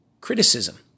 criticism